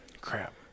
Crap